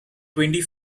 twenty